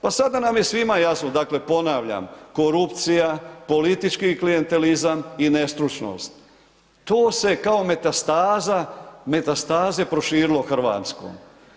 Pa sada nam je svima jasno, dakle, ponavljam, korupcija, politički klijentelama i nestručnost, to se kao metastaza, metastaze proširilo Hrvatskom.